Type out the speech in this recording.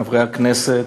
חברי הכנסת,